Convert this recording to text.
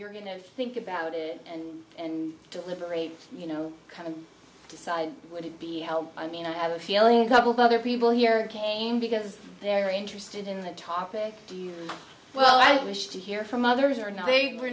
you're going to think about it and and deliberate you know kind of decide would it be i mean i have a feeling a couple of other people here came because they're interested in the topic well i wish to hear from others or not they were